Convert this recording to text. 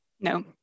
No